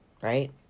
right